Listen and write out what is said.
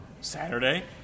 Saturday